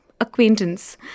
acquaintance